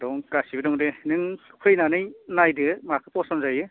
दं गासैबो दं दे नों फैनानै नायदो माखौ फसन्द जायो